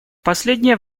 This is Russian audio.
последнее